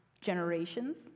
generations